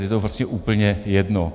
Je to prostě úplně jedno.